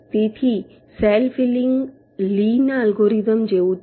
તેથી cell filling લીના algorithm જેવું જ છે